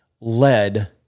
led